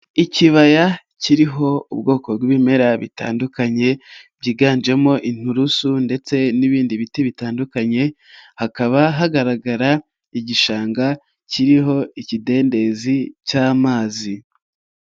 Ikibaya kiriho ubwoko bw'ibimera bitandukanye, byiganjemo inturusu ndetse n'ibindi biti bitandukanye, hakaba hagaragara igishanga kiriho ikidendezi cy'amazi.